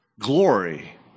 Glory